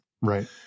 Right